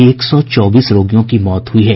एक सौ चौबीस रोगियों की मौत हुई है